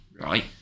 right